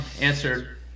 answered